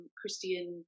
Christian